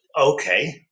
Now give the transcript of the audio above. okay